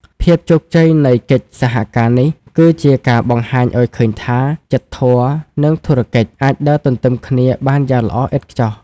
ភាពជោគជ័យនៃកិច្ចសហការនេះ គឺជាការបង្ហាញឱ្យឃើញថា "ចិត្តធម៌" និង "ធុរកិច្ច" អាចដើរទន្ទឹមគ្នាបានយ៉ាងល្អឥតខ្ចោះ។